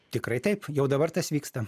tikrai taip jau dabar tas vyksta